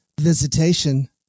visitation